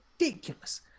ridiculous